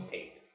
eight